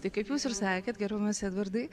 tai kaip jūs ir sakėt gerbiamas edvardai